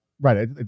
Right